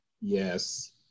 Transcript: Yes